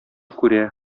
күрә